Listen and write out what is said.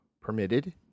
permitted